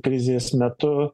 krizės metu